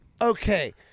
Okay